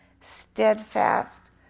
steadfast